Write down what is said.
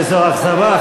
איזו אכזבה,